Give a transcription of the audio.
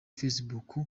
facebook